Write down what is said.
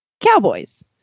Cowboys